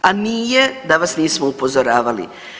A nije da vas nismo upozoravali.